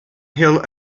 hill